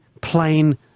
plain